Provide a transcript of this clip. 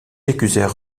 accusèrent